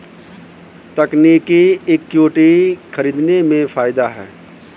तकनीकी इक्विटी खरीदने में फ़ायदा है